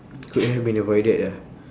could have been avoided ah